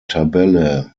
tabelle